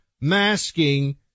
masking